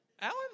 Alan